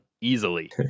easily